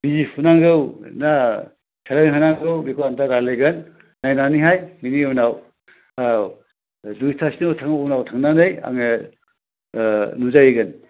बिजि थुनांगौ ना सेलिन होनांगौ बेखौ आं दा रायज्लायगोन नायनानैहाय बिनि उनाव औ दुइथासोनि उनाव थांनानै आङो ओ नुजाहैगोन